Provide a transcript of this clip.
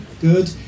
good